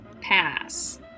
pass